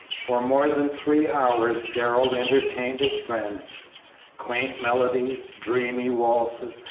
for more than three hours darrell entertained his friends quaint medleys, dreamy waltzes,